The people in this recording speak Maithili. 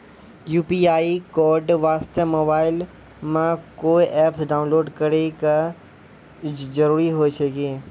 यु.पी.आई कोड वास्ते मोबाइल मे कोय एप्प डाउनलोड करे के जरूरी होय छै की?